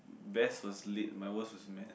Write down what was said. best was lit my worst was math